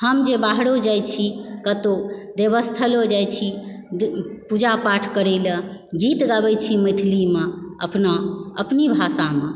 हम जे बाहरो जाइत छी कतहुँ देवस्थलो जाइत छी पूजा पाठ करयलऽ गीत गबय छी मैथिलीमऽ अपना अपनी भाषामऽ